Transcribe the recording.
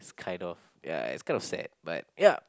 this kind of ya it's kind of sad but yup